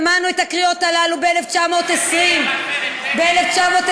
שמענו את הקריאות הללו ב-1920, ב-1929,